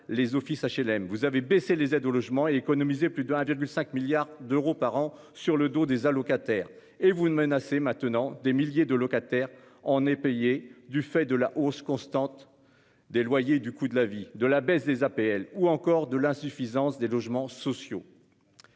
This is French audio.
les offices HLM vous avez baissé les aides au logement et économiser plus de 1,5 milliards d'euros par an sur le dos des allocataires et vous ne menacez maintenant des milliers de locataires en est payé du fait de la hausse constante des loyers du coût de la vie de la baisse des APL ou encore de l'insuffisance des logements sociaux.